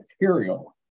material